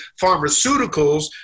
pharmaceuticals